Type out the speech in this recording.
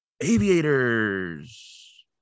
aviators